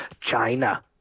China